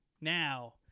now